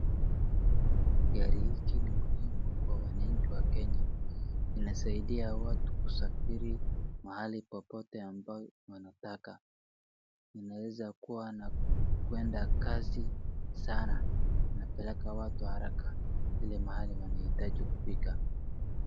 Gari hiki ni muhimu kwa wananchi wa Kenya. Inasaidia watu kusafiri mahali popote ambao wanataka. Inaweza kuwa na kwenda kasi sana. Inapeleka watu haraka ile mahali wananahitaji kufika.